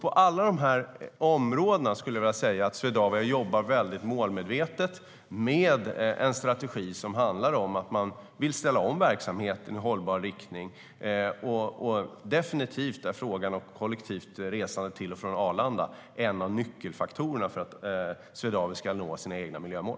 På alla dessa områden skulle jag vilja säga att Swedavia jobbar målmedvetet med en strategi som handlar om att man vill ställa om verksamheten i hållbar riktning. Frågan om kollektivt resande till och från Arlanda är definitivt en av nyckelfaktorerna för att Swedavia ska nå sina egna miljömål.